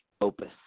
opus